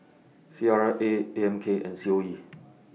C R A A M K and C O E